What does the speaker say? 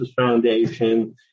foundation